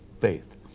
faith